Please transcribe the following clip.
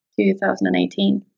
2018